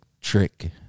Trick